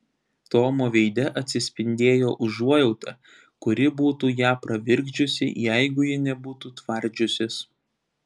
tomo veide atsispindėjo užuojauta kuri būtų ją pravirkdžiusi jeigu ji nebūtų tvardžiusis